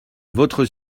votre